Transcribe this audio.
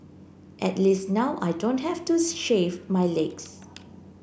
at least now I don't have to shave my legs